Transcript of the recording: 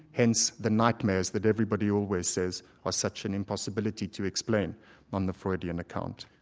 hence the nightmares that everybody always says are such an impossibility to explain on the freudian account.